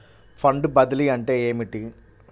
Fund బదిలీ అంటే ఏమిటి?